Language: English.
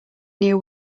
near